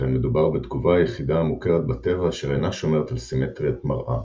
שכן מדובר בתגובה היחידה המוכרת בטבע אשר אינה שומרת על סימטריית מראה,